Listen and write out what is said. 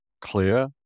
clear